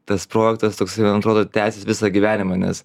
tas projektas toks atrodo tęsis visą gyvenimą nes